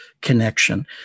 connection